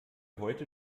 heute